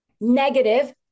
negative